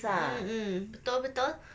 mmhmm betul betul